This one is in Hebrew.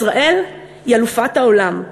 "ישראל היא אלופת העולם.